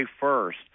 first